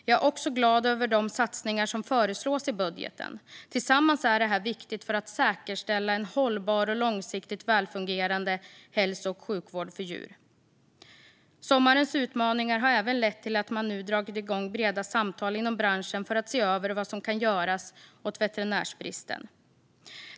Jag är också glad över de satsningar som föreslås i budgeten. Tillsammans är detta viktigt för att säkerställa en hållbar och långsiktigt välfungerande hälso och sjukvård för djur. Sommarens utmaningar har även lett till att man nu dragit igång breda samtal inom branschen för att se över vad som kan göras åt veterinärbristen.